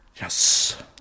Yes